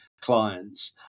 clients